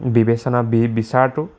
বিবেচনা বিচাৰটো